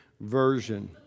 Version